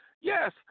Yes